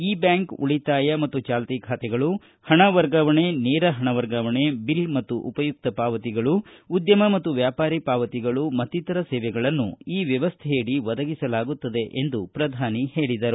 E bank ಉಳಿತಾಯ ಮತ್ತು ಚಾಲ್ತಿ ಖಾತೆಗಳು ಹಣ ವರ್ಗಾವಣೆ ನೇರ ಹಣ ವರ್ಗಾವಣೆ ಬಿಲ್ ಮತ್ತು ಉಪಯುಕ್ತ ಪಾವತಿಗಳು ಉದ್ಯಮ ಮತ್ತು ವ್ಯಾಪಾರಿ ಪಾವತಿಗಳು ಮತ್ತಿತರ ಸೇವೆಗಳನ್ನು ಈ ವ್ಯವಸ್ಥೆಯಡಿ ಒದಗಿಸಲಾಗುತ್ತದೆ ಎಂದು ಪ್ರಧಾನಿ ಹೇಳಿದರು